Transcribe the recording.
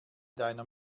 deiner